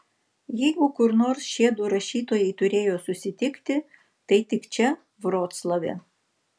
jeigu kur nors šie du rašytojai turėjo susitikti tai tik čia vroclave